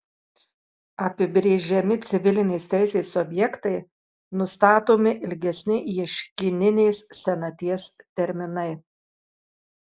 apibrėžiami civilinės teisės objektai nustatomi ilgesni ieškininės senaties terminai